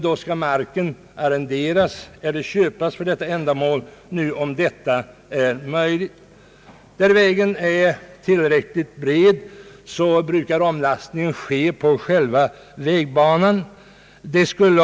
Då skall marken arrenderas eller köpas för ändamålet, om nu detta är möjligt. Där vägen är tillräckligt bred brukar omlastningen ske på själva vägbanan.